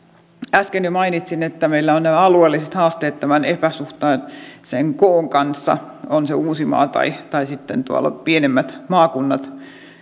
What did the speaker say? äsken jo mainitsin että meillä on nämä alueelliset haasteet tämän epäsuhtaisen koon kanssa on se sitten uusimaa tai ovat ne sitten pienemmät maakunnat